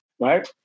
right